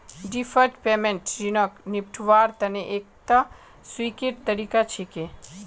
deferred payment ऋणक निपटव्वार तने एकता स्वीकृत तरीका छिके